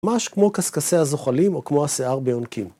ממש כמו קשקשי הזוחלים או כמו השיער ביונקים